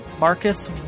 Marcus